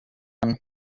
one